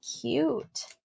cute